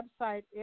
website